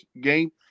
game